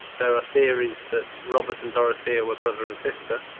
there are theories that robert and dorothea were brother and sister.